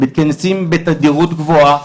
מתכנסים בתדירות גבוהה,